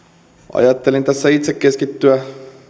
ajattelin tässä itse keskittyä